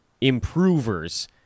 improvers